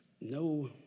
no